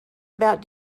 about